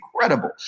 incredible